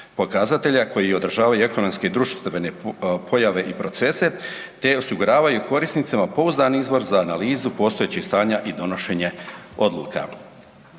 pokazatelja koji odražavaju ekonomske i društvene pojave i procese te osiguravaju korisnicima pouzdani izvor za analizu postojećih stanja i donošenje odluka.